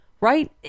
right